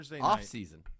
off-season